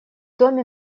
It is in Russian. доме